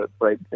right